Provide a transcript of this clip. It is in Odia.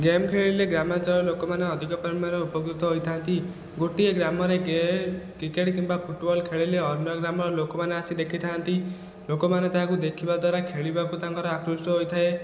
ଗେମ୍ ଖେଳିଲେ ଗ୍ରାମାଞ୍ଚଳର ଲୋକମାନେ ଅଧିକ ପରିମାଣର ଉପକୃତ ହୋଇଥାନ୍ତି ଗୋଟିଏ ଗ୍ରାମରେ ଗେମ୍ କ୍ରିକେଟ କିମ୍ବା ଫୁଟବଲ ଖେଳିଲେ ଅନ୍ୟ ଗ୍ରାମର ଲୋକମାନେ ଆସି ଦେଖିଥାନ୍ତି ଲୋକମାନେ ତାହାକୁ ଦେଖିବା ଦ୍ଵାରା ଖେଳିବାକୁ ତାଙ୍କର ଆକୃଷ୍ଟ ହୋଇଥାଏ